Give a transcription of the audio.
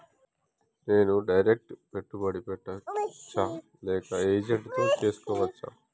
నేను డైరెక్ట్ పెట్టుబడి పెట్టచ్చా లేక ఏజెంట్ తో చేస్కోవచ్చా?